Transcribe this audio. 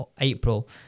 April